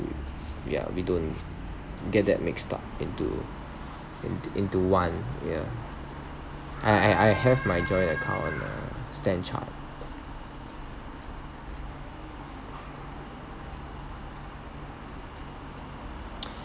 yeah we don't get that mixed up into into into one yeah I I I have my joint account at Standard Chartered